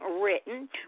written